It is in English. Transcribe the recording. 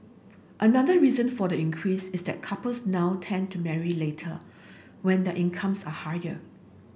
another reason for the increase is that couples now tend to marry later when the incomes are higher